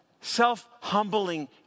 self-humbling